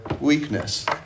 weakness